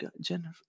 Jennifer